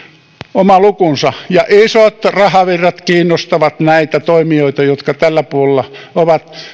oma lukunsa isot rahavirrat kiinnostavat näitä toimijoita jotka tällä puolella ovat